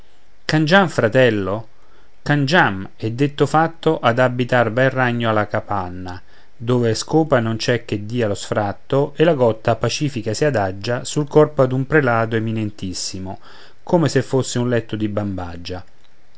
rimossa cangiam fratel cangiamo e detto fatto ad abitar va il ragno a la capanna dove scopa non c'è che dia lo sfratto e la gotta pacifica si adagia sul corpo ad un prelato eminentissimo come se fosse un letto di bambagia